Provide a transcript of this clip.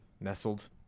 nestled